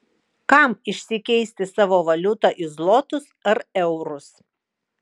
kam išsikeisti savą valiutą į zlotus ar eurus